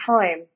time